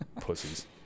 Pussies